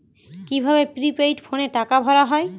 কি ভাবে প্রিপেইড ফোনে টাকা ভরা হয়?